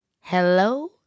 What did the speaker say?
Hello